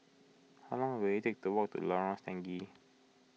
how long will it take to walk to Lorong Stangee